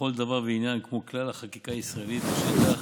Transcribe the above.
לכל דבר ועניין, כמו כלל החקיקה הישראלית, בשטח